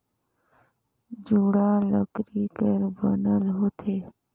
जुड़ा लकरी कर बनल होथे